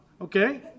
okay